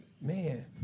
man